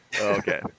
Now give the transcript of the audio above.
Okay